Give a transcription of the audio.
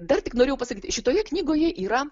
dar tik norėjau pasakyti šitoje knygoje yra